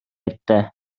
ette